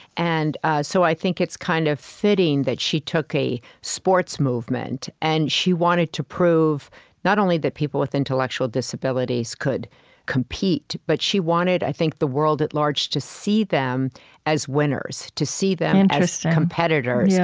and so i think it's kind of fitting that she took a sports movement. and she wanted to prove not only that people with intellectual disabilities could compete, but she wanted, i think, the world at large to see them as winners, to see them as competitors, yeah